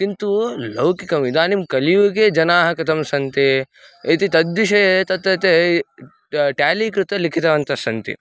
किन्तु लौकिकम् इदानीं कलियुगे जनाः कथं सन्ति इति तद्विषये तत्तु ते टाली कृते लिखितवन्तः सन्ति